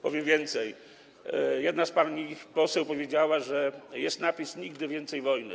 Powiem więcej, pani poseł powiedziała, że jest napis: Nigdy więcej wojny.